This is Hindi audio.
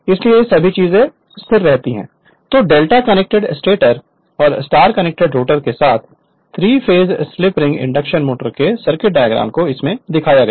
Refer Slide Time 2109 तो डेल्टा कनेक्टेड स्टेटर और स्टार कनेक्टेड रोटर के साथ तीन phase slip ring induction motor के सर्किट डायग्राम को इसमें दिखाया गया है